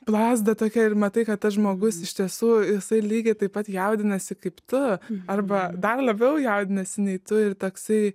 plazda tokia ir matai kad tas žmogus iš tiesų jisai lygiai taip pat jaudinasi kaip tu arba dar labiau jaudinasi nei tu ir toksai